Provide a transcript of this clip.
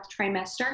trimester